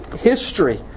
History